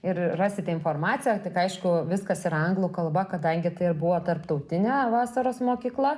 ir rasite informaciją tik aišku viskas yra anglų kalba kadangi tai ir buvo tarptautinė vasaros mokykla